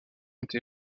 été